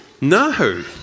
No